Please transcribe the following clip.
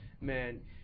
Man